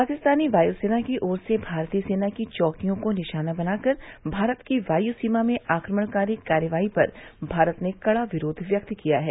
पाकिस्तानी वायसेना की ओर से भारतीय सेना की चौकियों को निशाना बनाकर भारत की वाय सीमा में आक्रमणकारी कार्रवाई पर भारत ने कड़ा विरोध व्यक्त किया है